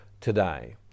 today